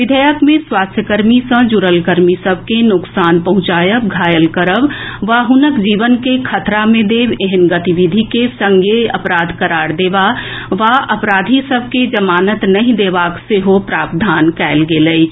विधेयक मे स्वास्थ्य सेवा सँ जुड़ल कर्मी सभ के नोकसान पहुंचाएब घायल करब या हुनक जीवन के खतरा मे देब ऐहेन गतिविधि के संज्ञेय अपराध करार देबा आ अपराधी सभ के जमानत नहि देबाक सेहो प्रावधान कएल गेल अछि